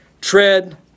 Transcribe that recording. Tread